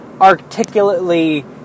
articulately